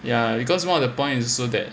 ya because one of the points is also that